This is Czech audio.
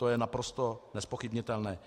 To je naprosto nezpochybnitelné.